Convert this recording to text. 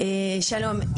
שלום.